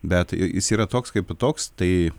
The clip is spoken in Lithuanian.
bet jis yra toks kaip toks tai